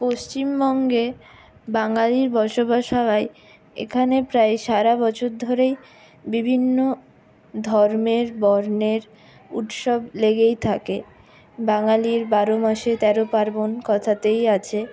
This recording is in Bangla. পশ্চিমবঙ্গে বাঙালি বসবাসকারীরাই এখানে প্রায় সারা বছর ধরেই বিভিন্ন ধর্মের বর্ণের উৎসব লেগেই থাকে বাঙালির বারো মাসে তেরো পার্বন কথাতেই আছে